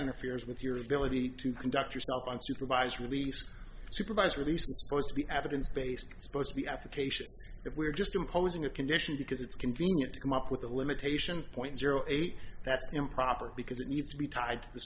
interferes with your ability to conduct yourself on supervised release supervised release the evidence based supposed to be efficacious that we're just imposing a condition because it's convenient to come up with a limitation point zero eight that's improper because it needs to be tied to the